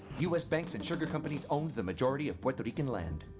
us banks and sugar companies owned the majority of puerto rican land.